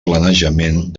planejament